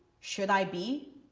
should i be?